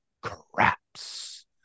Craps